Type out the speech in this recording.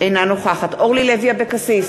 אינה נוכחת אורלי לוי אבקסיס,